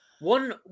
One